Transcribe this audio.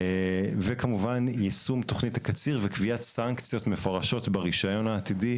וכמובן יישום תוכנית הקציר וקביעת סנקציות מפורשות ברישיון העתידי,